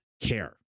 care